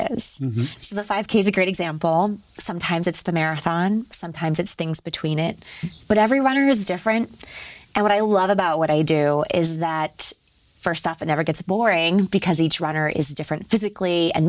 so the five kids a great example sometimes it's the marathon sometimes it's things between it but every runner is different and what i love about what i do is that st off it never gets boring because each runner is different physically and